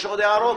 יש עוד הערות?